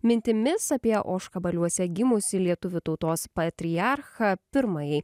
mintimis apie ožkabaliuose gimusį lietuvių tautos patriarchą pirmąjį